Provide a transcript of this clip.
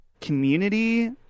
community